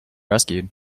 rescued